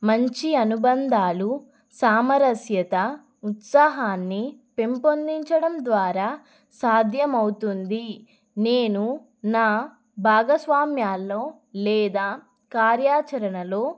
మంచి అనుబంధాలు సామరస్యత ఉత్సాహాన్ని పెంపొందించడం ద్వారా సాధ్యమవుతుంది నేను నా భాగస్వామ్యాల్లో లేదా కార్యాచరణలో